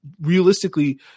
realistically